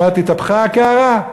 זאת אומרת, התהפכה הקערה,